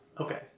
okay